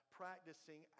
practicing